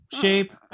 shape